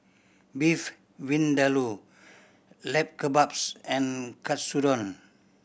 Beef Vindaloo Lamb Kebabs and Katsudon